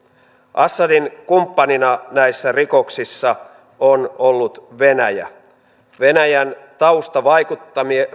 assadin kumppanina näissä rikoksissa on ollut venäjä venäjän taustavaikuttimia